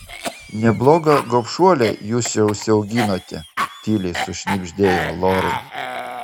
neblogą gobšuolę jūs čia užsiauginote tyliai sušnibždėjo lorai